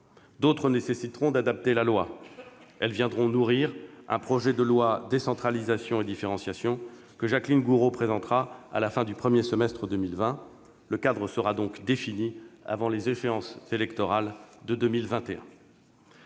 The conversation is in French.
D'autres nécessiteront d'adapter la loi : elles viendront nourrir un projet de loi « décentralisation et différenciation » que Jacqueline Gourault présentera à la fin du premier semestre 2020. Le cadre sera donc redéfini avant les échéances électorales de 2021.